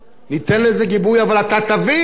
ניתן לזה גיבוי, אבל אתה תבין,